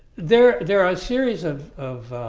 there there are a series of of